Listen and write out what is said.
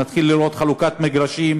נתחיל לראות חלוקת מגרשים,